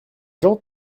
jean